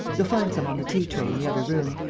you'll find some on the tea-tray in the other room.